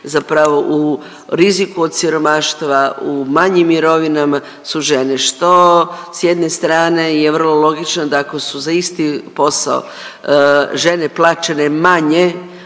zapravo u riziku od siromaštva u manjim mirovinama su žene što s jedne strane je vrlo logično, da ako su za isti posao žene plaćene manje